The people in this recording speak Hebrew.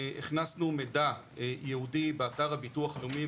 הכנסנו מידע ייעודי באתר הביטוח הלאומי,